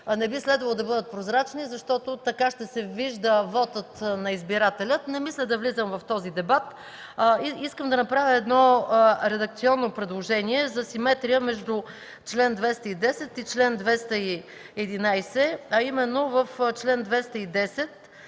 не би следвало да бъдат прозрачни, защото така ще се вижда вотът на избирателя. Не мисля да влизам в този дебат. Искам да направя редакционно предложение за симетрия между чл. 210 и чл. 211: в чл. 210